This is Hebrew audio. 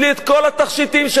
את כל התכשיטים שלה,